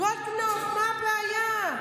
גולדקנופ, מה הבעיה?